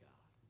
God